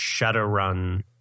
Shadowrun